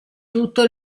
tutto